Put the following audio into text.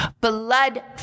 blood